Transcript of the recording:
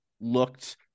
looked